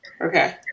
Okay